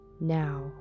Now